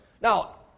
Now